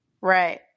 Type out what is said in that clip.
Right